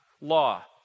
law